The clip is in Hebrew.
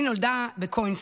היא נולדה בקוינסק,